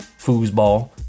foosball